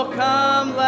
come